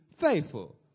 faithful